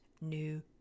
new